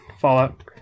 Fallout